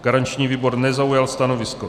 Garanční výbor nezaujal stanovisko.